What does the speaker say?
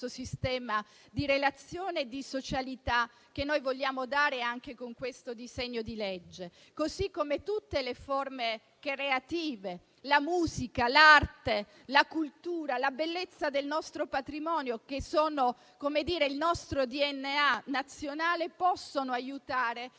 sistema di relazione e di socialità che noi vogliamo dare anche con questo disegno di legge. Così come tutte le forme creative, la musica, l'arte, la cultura, la bellezza del nostro patrimonio, che sono il nostro DNA nazionale, possono aiutare